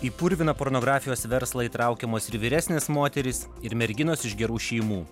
į purviną pornografijos verslą įtraukiamos ir vyresnės moterys ir merginos iš gerų šeimų